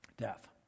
Death